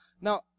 now